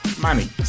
money